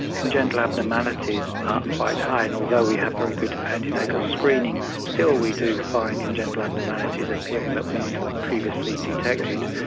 congenital abnormalities are quite high and although we have very good antenatal screening still we do find congenital abnormalities appearing that weren't previously detected.